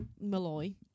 Malloy